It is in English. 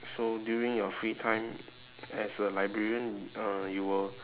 so during your free time as a librarian uh you will